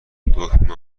دکمه